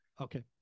Okay